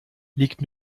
liegt